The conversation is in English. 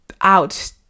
out